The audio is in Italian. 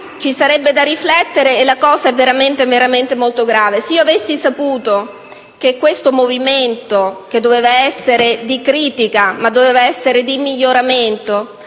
ci sarebbe da riflettere e la cosa è veramente molto grave. Se avessi saputo che questo Movimento, che doveva essere di critica, ma anche di miglioramento,